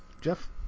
Jeff